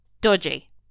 dodgy